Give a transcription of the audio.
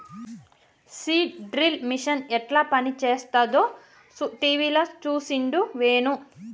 seed drill machine యెట్ల పనిచేస్తదో టీవీల చూసిండు వేణు